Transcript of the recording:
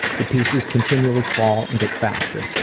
the pieces continually fall and get faster.